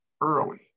early